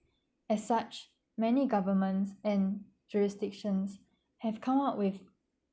as such many governments and jurisdictions have come out with